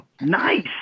Nice